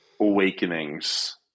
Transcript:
Awakenings